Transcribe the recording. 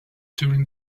during